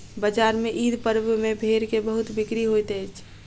बजार में ईद पर्व में भेड़ के बहुत बिक्री होइत अछि